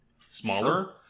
Smaller